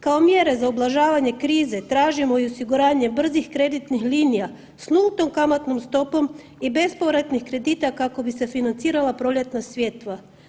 Kao mjere za ublažavanje krize tražimo i osiguranje brzih kreditnih linija s nultom kamatnom stopom i bespovratnih kredita kako bi se financirala proljetna sjetva.